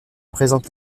présente